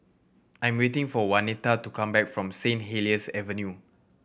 I'm waiting for Waneta to come back from Saint Helier's Avenue